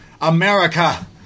America